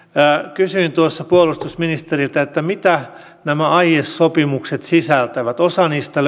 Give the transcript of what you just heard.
kysyin puolustusministeriltä mitä nämä aiesopimukset sisältävät osa niistä